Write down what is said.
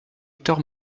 hector